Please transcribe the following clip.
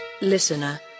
Listener